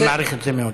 אני מעריך את זה מאוד.